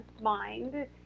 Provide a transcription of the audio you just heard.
mind